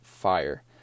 fire